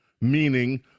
meaning